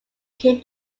came